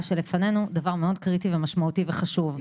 שלפנינו דבר מאוד קריטי ומשמעותי וחשוב,